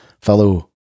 fellow